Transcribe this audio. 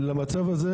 למצב הזה,